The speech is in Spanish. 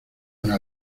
una